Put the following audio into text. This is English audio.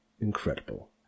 incredible